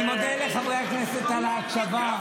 אני מודה לחברי הכנסת על ההקשבה,